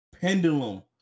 pendulum